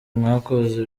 mwakoze